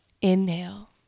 Inhale